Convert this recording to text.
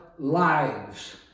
lives